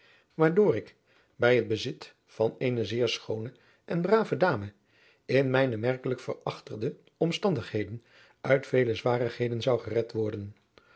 waardoor ik bij het bezit van eene zeer schoone en brave dame in mijne merkelijk verachterde omstandigheden uit vele zwarigheden zou gered worden